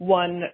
one